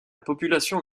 population